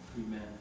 Amen